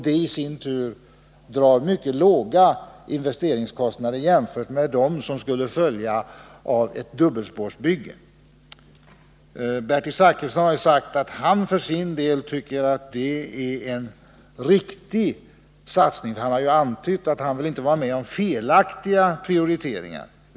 Det i sin tur drar mycket låga investeringskostnader jämfört med dem som skulle följa av ett dubbelspårsbygge. Bertil Zachrisson har sagt att han för sin del tycker att det är en riktig satsning. Men han har antytt att han inte vill vara med om felaktiga prioriteringar.